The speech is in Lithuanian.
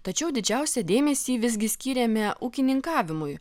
tačiau didžiausią dėmesį visgi skyrėme ūkininkavimui